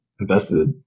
invested